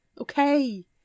Okay